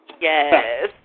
Yes